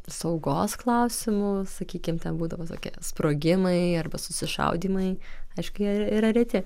saugos klausimu sakykim ten būdavo tokie sprogimai arba susišaudymai aišku jie yra reti